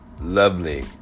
lovely